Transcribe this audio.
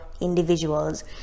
individuals